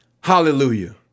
Hallelujah